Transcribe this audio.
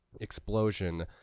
explosion